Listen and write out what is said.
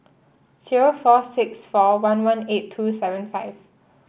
zero four six four one one eight two seven five